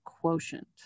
quotient